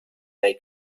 they